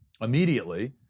immediately